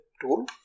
tool